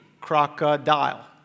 crocodile